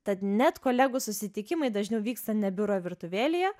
tad net kolegų susitikimai dažniau vyksta ne biuro virtuvėlėje